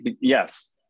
yes